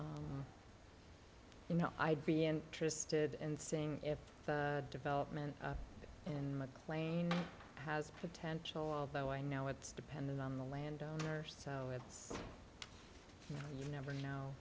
d you know i'd be interested in seeing if development in mclean has potential although i know it's dependent on the landowner so it's you never know